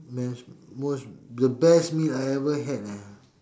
most most the best meal I ever had ah